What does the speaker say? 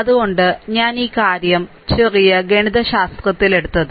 അതുകൊണ്ടാണ് ഞാൻ ഈ കാര്യം ചെറിയ ഗണിതശാസ്ത്രത്തിൽ എടുത്തത്